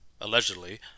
allegedly